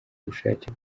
ubushake